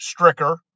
Stricker